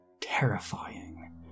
terrifying